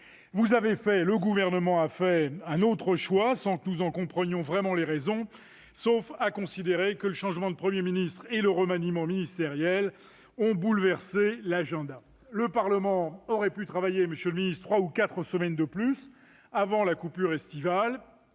à augmenter. Le Gouvernement a fait un autre choix sans que nous en comprenions vraiment les raisons, sauf à considérer que le changement de Premier ministre et le remaniement ministériel ont bouleversé l'agenda. Le Parlement aurait pu travailler trois ou quatre semaines de plus avant la coupure estivale